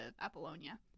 Apollonia